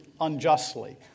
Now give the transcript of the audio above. unjustly